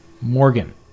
Morgan